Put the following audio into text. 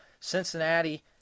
Cincinnati